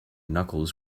knuckles